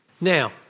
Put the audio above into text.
Now